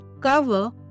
Cover